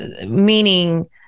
meaning